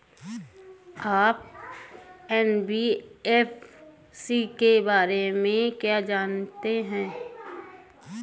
आप एन.बी.एफ.सी के बारे में क्या जानते हैं?